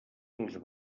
dels